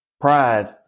Pride